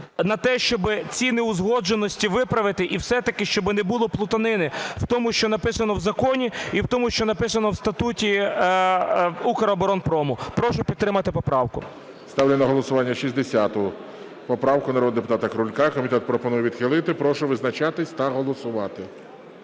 на те, щоби ці неузгодженості виправити і все-таки щоби не було плутанини в тому, що написано в законі і в тому, що написано у статуті "Укроборонпрому". Прошу підтримати поправку. ГОЛОВУЮЧИЙ. Ставлю на голосування 60-у поправку народного депутата Крулька. Комітет пропонує відхилити. Прошу визначатися та голосувати.